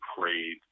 prayed